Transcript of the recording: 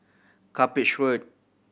Cuppage Road